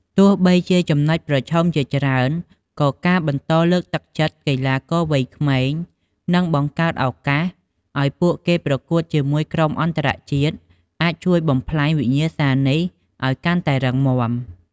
ទោះបីជាចំណុចប្រឈមជាច្រើន ក៏ការបន្តលើកទឹកចិត្តកីឡាករវ័យក្មេង និងបង្កើតឱកាសឲ្យពួកគេប្រកួតជាមួយក្រុមអន្តរជាតិអាចជួយបំប្លែងវិញ្ញាសានេះឲ្យកាន់តែរឹងមាំ។